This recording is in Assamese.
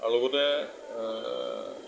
আৰু লগতে